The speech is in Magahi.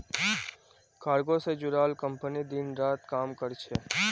कार्गो से जुड़ाल कंपनी दिन रात काम कर छे